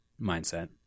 Mindset